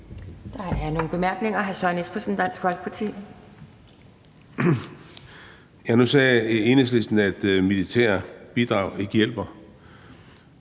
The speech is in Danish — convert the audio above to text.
Der er korte bemærkninger.